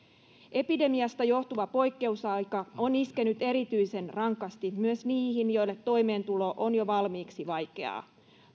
epidemiasta johtuva poikkeusaika on iskenyt erityisen rankasti myös niihin joille toimeentulo on jo valmiiksi vaikeaa